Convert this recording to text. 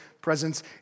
presence